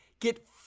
Get